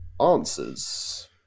answers